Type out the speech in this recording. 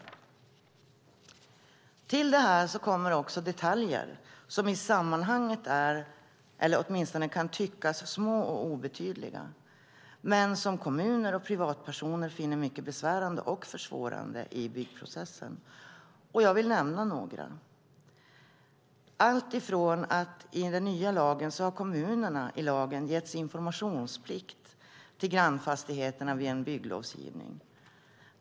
Till det här kommer också detaljer som i sammanhanget kan tyckas små och obetydliga, men som kommuner och privatpersoner finner mycket besvärande och försvårande i byggprocessen. Jag vill nämna några. Det gäller alltifrån att i den nya lagen har kommunerna getts informationsplikt till grannfastigheterna vid bygglovsgivning.